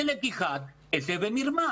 זה לקיחת דבר כסף במרמה.